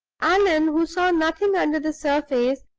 allan, who saw nothing under the surface,